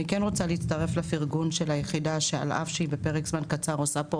אני רוצה להצטרף לפרגון של היחידה שאף על פי שהיא נמצאת פה